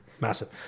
Massive